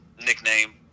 nickname